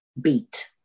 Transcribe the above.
beat